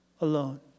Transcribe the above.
alone